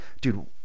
Dude